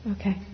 Okay